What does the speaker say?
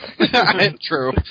True